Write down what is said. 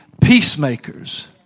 peacemakers